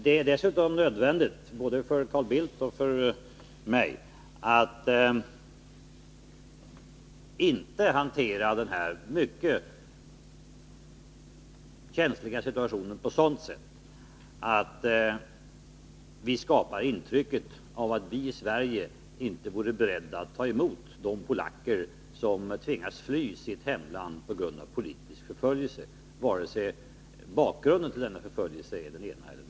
Det är dessutom nödvändigt, både för Carl Bildt och för mig, att vi inte skapar ett intryck av att vi i Sverige inte vore beredda att ta emot de polacker som tvingas fly från sitt hemland på grund av politisk förföljelse.